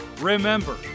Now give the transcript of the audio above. Remember